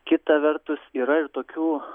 kita vertus yra ir tokių